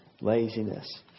laziness